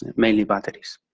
mainly batteries.